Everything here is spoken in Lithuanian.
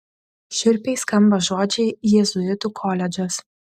šiurpiai skamba žodžiai jėzuitų koledžas